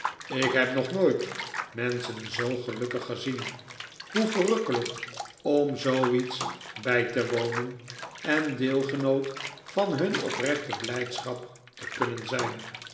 ik heb nog nooit menschen zoo gelukkig gezien hoe verrukkelijk om zoo iets bij te wonen en deelgenoot van hun oprechte blijdschap te kunnen zijn